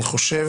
אני חושב